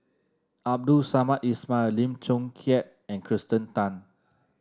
Abdul Samad Ismail Lim Chong Keat and Kirsten Tan